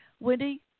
Wendy